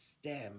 stem